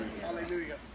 Hallelujah